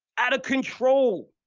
out of control.